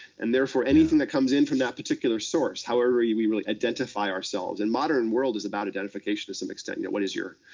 and therefore anything that comes in from that particular source however you really identify ourselves and modern world is about identification to some extent. yeah what is your,